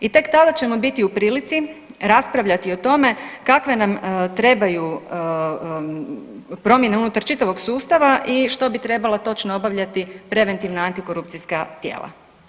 I tek tada ćemo biti u prilici raspravljati o tome kakve nam trebaju promjene unutar čitavog sustava i što bi trebala točno obavljati preventivna antikorupcijska tijela.